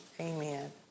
Amen